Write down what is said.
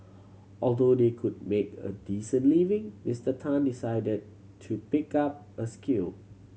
although they could make a decent living Mister Tan decided to pick up a skill